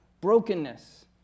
brokenness